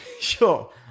Sure